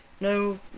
No